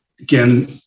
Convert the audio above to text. again